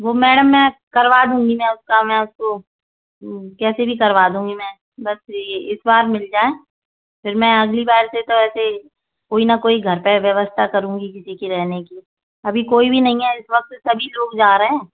वह मैडम मैं करवा दूँगी मैं उसका मैं उसको कैसे भी करवा दूँगी मैं बस यही है इस बार मिल जाए फ़िर मैं अगली बार से तो ऐसे ही कोई ना कोई घर पर व्यवस्था करूँगी किसी की रहने की अभी कोई भी नहीं है इस वक्त सभी लोग जा रहे हैं